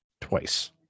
twice